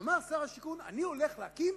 והוא אמר: אני הולך להקים